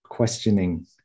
Questioning